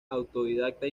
autodidacta